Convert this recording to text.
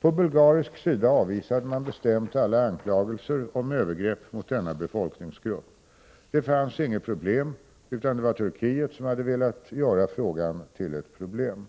På bulgarisk sida avvisade man bestämt alla anklagelser om övergrepp mot denna befolkningsgrupp. Det fanns inget problem, utan det var Turkiet som hade velat göra frågan till ett problem.